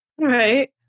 Right